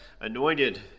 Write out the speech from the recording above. anointed